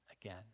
again